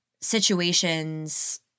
situations